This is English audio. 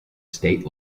state